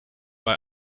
bei